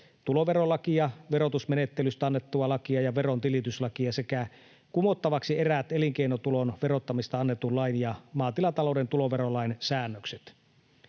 tuloverolakia, verotusmenettelystä annettua lakia ja verontilityslakia sekä kumottavaksi eräät elinkeinotulon verottamisesta annetun lain ja maatilatalouden tuloverolain säännökset.